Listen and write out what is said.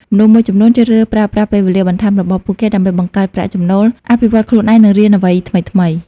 មនុស្សមួយចំនួនជ្រើសរើសប្រើប្រាស់ពេលវេលាបន្ថែមរបស់ពួកគេ ដើម្បីបង្កើតប្រាក់ចំណូល អភិវឌ្ឍខ្លួនឯង និងរៀនអ្វីថ្មីៗ។